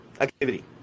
activity